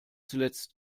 zuletzt